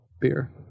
beer